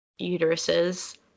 uteruses